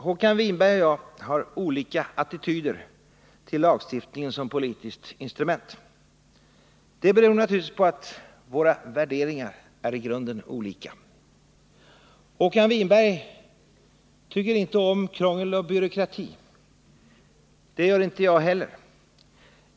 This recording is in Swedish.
Håkan Winberg och jag har olika attityder till lagstiftningen Fredagen den som politiskt instrument. Det beror naturligtvis på att våra värderingar är i 30 november 1979 grunden olika. Håkan Winberg tycker inte om krångel och byråkrati. Det gör inte jag heller.